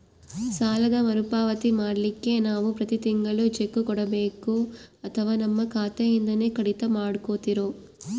ಸಾಲದ ಮರುಪಾವತಿ ಮಾಡ್ಲಿಕ್ಕೆ ನಾವು ಪ್ರತಿ ತಿಂಗಳು ಚೆಕ್ಕು ಕೊಡಬೇಕೋ ಅಥವಾ ನಮ್ಮ ಖಾತೆಯಿಂದನೆ ಕಡಿತ ಮಾಡ್ಕೊತಿರೋ?